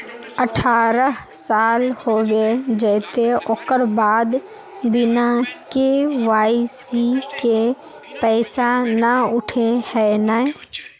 अठारह साल होबे जयते ओकर बाद बिना के.वाई.सी के पैसा न उठे है नय?